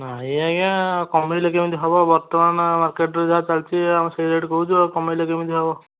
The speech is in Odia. ନାଇଁ ଆଜ୍ଞା କମେଇଲେ କେମତି ହେବ ବର୍ତ୍ତମାନ ମାର୍କେଟରେ ଯାହା ଚାଲିଛି ଆମେ ସେଇ ରେଟ୍ କହୁଛୁ ଆଉ କମେଇଲେ କେମିତି ହେବ